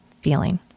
feeling